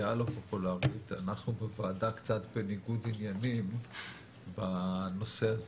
אנחנו בוועדה קצת בניגוד עניינים בנושא הזה,